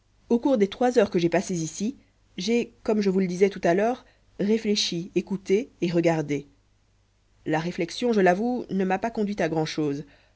au cours des trois heures que j'ai passées ici j'ai comme je vous le disais tout à l'heure réfléchi écouté et regardé la réflexion je l'avoue ne m'a pas conduit à grand'chose